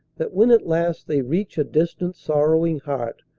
that when at last they reach a distant sorrowing heart,